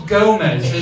Gomez